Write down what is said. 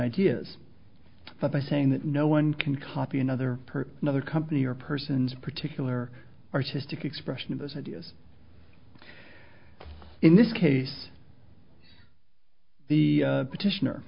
ideas but by saying that no one can copy another per another company or persons particular artistic expression of those ideas in this case the petition